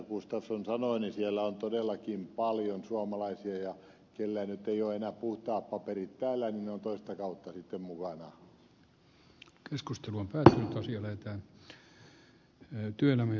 gustafsson sanoi että siellä on todellakin paljon suomalaisia ja ne joilla ei ole enää puhtaita papereita täällä ovat toista kautta sitten mukana